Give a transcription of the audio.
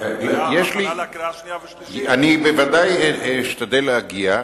אני בוודאי אשתדל להגיע,